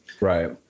Right